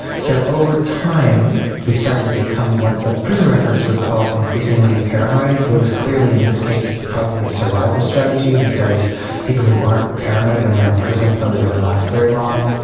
so over time he started to become what the prison records would call increasingly paranoid. paranoid. it was clearly in this case probably a survival strategy because people who aren't paranoid when they are in prison probably don't last very long.